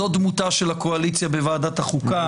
זו דמותה של הקואליציה בוועדת החוקה.